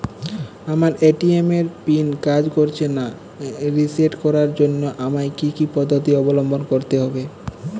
আমার এ.টি.এম এর পিন কাজ করছে না রিসেট করার জন্য আমায় কী কী পদ্ধতি অবলম্বন করতে হবে?